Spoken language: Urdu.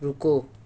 رکو